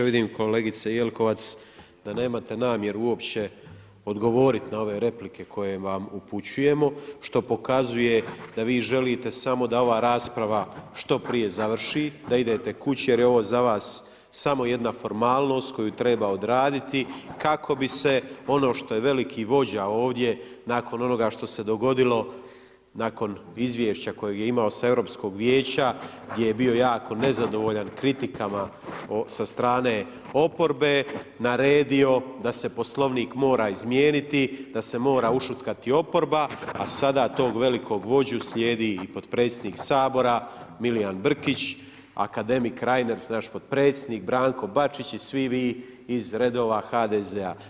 Vidim kolegice Jelkovac da nemate namjeru uopće odgovoriti na ove replike koje vam upućujemo, što pokazuje da vi želite samo da ova rasprava što prije završi, da idete kući jer je ovo za vas samo jedna formalnost koju treba odraditi kako bi se ono što je veliki vođa ovdje nakon onoga što se dogodilo, nakon izvješća kojeg je imao sa Europskog vijeća, gdje je bio jako nezadovoljan kritikama sa strane oporbe, naredio da se Poslovnik mora izmijeniti, da se mora ušutkati oporba, a sada tog velikog vođu slijedi i potpredsjednik Sabora Milijan Brkić, akademik Reiner, naš potpredsjednik, Branko Bačić i svi vi iz redova HDZ-a.